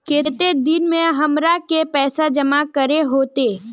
केते दिन में हमरा के पैसा जमा करे होते?